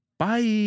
Bye